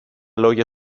λόγια